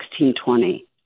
1620